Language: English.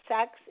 Sex